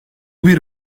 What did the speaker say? bir